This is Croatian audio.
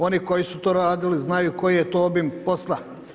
Oni koji su to radili znaju koji je to obim posla.